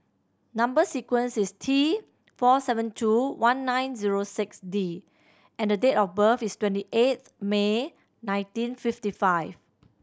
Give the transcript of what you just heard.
number sequence is T four seven two one nine zero six D and the date of birth is twenty eighth May nineteen fifty five